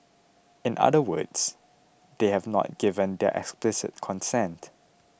in other words they have not given their explicit consent